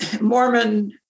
Mormon